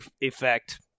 effect